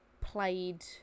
played